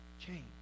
change